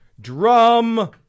Drum